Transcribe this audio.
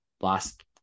last